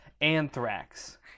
Anthrax